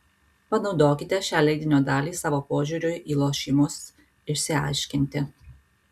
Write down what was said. panaudokite šią leidinio dalį savo požiūriui į lošimus išsiaiškinti